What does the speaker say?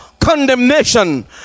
condemnation